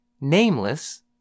nameless